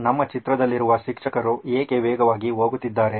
ನಮ್ಮ ಚಿತ್ರದಲ್ಲಿರುವ ಶಿಕ್ಷಕರು ಏಕೆ ವೇಗವಾಗಿ ಹೋಗುತ್ತಿದ್ದಾರೆ